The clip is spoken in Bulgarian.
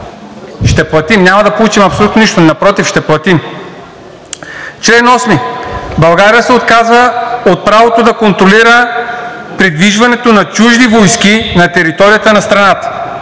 Ще платим, няма да получим абсолютно нищо, напротив – ще платим. „Чл. 8. България се отказва от правото да контролира придвижването на чужди войски на територията на страната.“